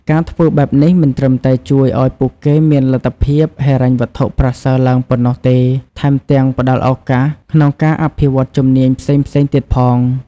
ការធ្វើបែបនេះមិនត្រឹមតែជួយឱ្យពួកគេមានលទ្ធភាពហិរញ្ញវត្ថុប្រសើរឡើងប៉ុណ្ណោះទេ ថែមទាំងផ្តល់ឱកាសក្នុងការអភិវឌ្ឍជំនាញផ្សេងៗទៀតផង។